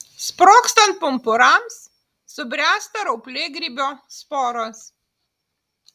sprogstant pumpurams subręsta rauplėgrybio sporos